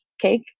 cake